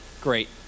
great